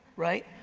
right?